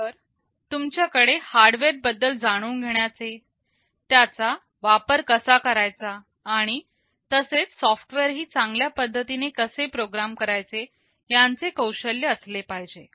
तर तुमच्याकडे हार्डवेअर बद्दल जाणून घेण्याचे त्याचा वापर कसा करायचा आणि तसेच सॉफ्टवेअर ही चांगल्या पद्धतीने कसे प्रोग्राम करायचे यांचे कौशल्य असले पाहिजे